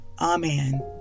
Amen